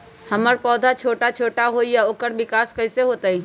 हमर पौधा छोटा छोटा होईया ओकर विकास कईसे होतई?